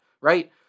Right